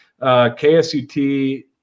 KSUT